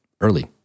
early